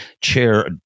Chair